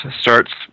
starts